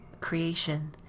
Creation